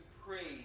praise